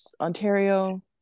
ontario